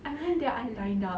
I went then I line up